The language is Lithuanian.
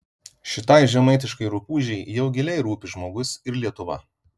šitai žemaitiškai rupūžei jau giliai rūpi žmogus ir lietuva